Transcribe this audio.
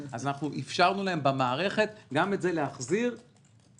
אז אנחנו אפשרנו להם במערכת להחזיר גם את זה בשלבים.